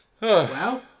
Wow